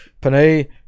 Panay